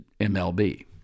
MLB